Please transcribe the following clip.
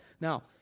Now